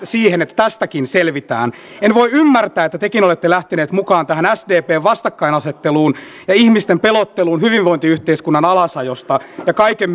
siihen että tästäkin selvitään en voi ymmärtää että tekin olette lähteneet mukaan tähän sdpn vastakkainasetteluun ja ihmisten pelotteluun hyvinvointiyhteiskunnan alasajosta ja kaiken